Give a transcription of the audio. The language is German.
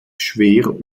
schwer